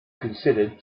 considered